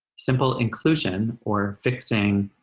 simple inclusion or fixing